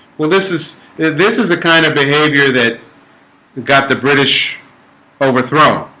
well this is this is the kind of behavior that got the british overthrown